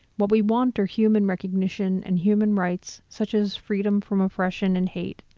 what we want are human recognition and human rights, such as freedom from oppression and hate.